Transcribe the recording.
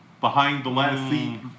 behind-the-last-seat